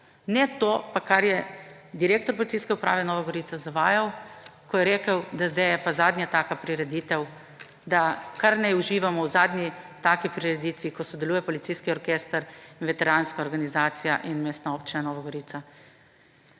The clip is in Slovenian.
Ne to, kar je direktor Policijske uprave Nova Gorica zavajal, ko je rekel, da zdaj je pa zadnja taka prireditev, da kar naj uživamo v zadnji taki prireditvi, ko sodeluje Policijski orkester in veteranska organizacija in Mestna občina Nova Gorica.